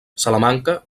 salamanca